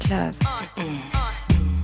Love